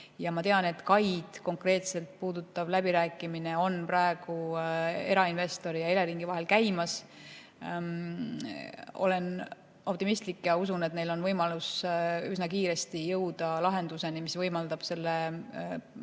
Ma tean, et kaid konkreetselt puudutav läbirääkimine on praegu erainvestori ja Eleringi vahel käimas. Olen optimistlik ja usun, et neil on võimalus üsna kiiresti jõuda lahenduseni, mis võimaldab selle